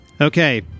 Okay